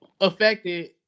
affected